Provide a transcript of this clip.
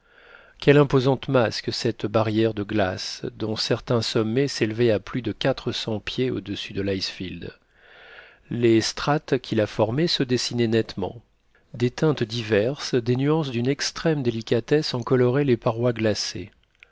quelle imposante masse que cette barrière de glaces dont certains sommets s'élevaient à plus de quatre cents pieds au-dessus de l'icefield les strates qui la formaient se dessinaient nettement des teintes diverses des nuances d'une extrême délicatesse en coloraient les parois glacées